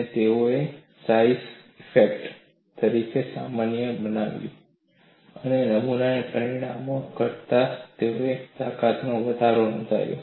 અને તેઓએ તેને સાઇઝ ઇફેક્ટ તરીકે સામાન્ય બનાવ્યું અને નમૂનાના પરિમાણો ઘટતાં તેઓએ તાકાતમાં વધારો નોંધાવ્યો